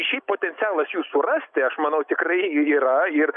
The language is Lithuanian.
šiaip potencialas jų surasti aš manau tikrai ir yra ir